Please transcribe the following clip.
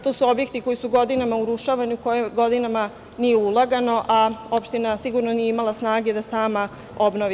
To su objekti koji su godinama urušavani, u koje godinama nije ulagano, a opština sigurno nije imala snage da sama obnovi.